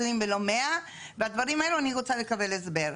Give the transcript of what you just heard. ולא 100. על הדברים האלה אני רוצה לקבל הסבר.